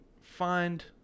find